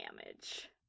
damage